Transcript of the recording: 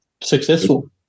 successful